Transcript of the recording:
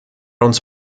uns